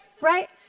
Right